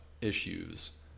issues